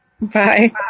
Bye